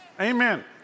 Amen